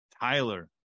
Tyler